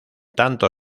tanto